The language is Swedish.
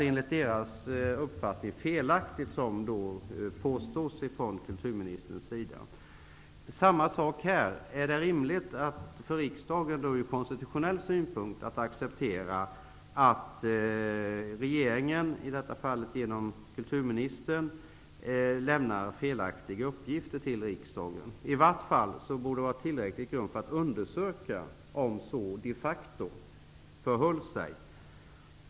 Enligt deras uppfattning är det som kulturministern påstår felaktigt. Är det rimligt att riksdagen ur konstitutionell synpunkt accepterar att regeringen, i detta fall genom kulturministern, lämnar felaktiga uppgifter till riksdagen? Det borde åtminstone vara en tillräcklig grund för att man skall undersöka om så de facto har skett.